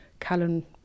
Callan